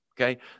Okay